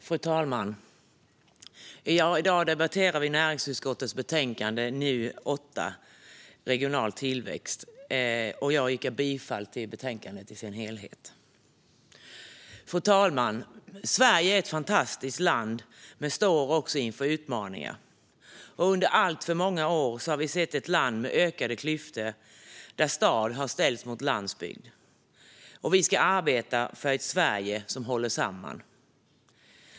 Fru talman! I dag debatterar vi näringsutskottets betänkande 8 om regional tillväxt. Jag yrkar bifall till förslaget i betänkandet. Fru talman! Sverige är ett fantastiskt land men står också inför utmaningar. Under alltför många år har vi sett ett land med ökade klyftor, där stad har ställts mot landsbygd. Vi ska arbeta för ett Sverige som håller samman.